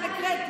הקראתי.